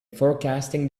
forecasting